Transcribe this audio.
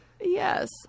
Yes